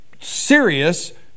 serious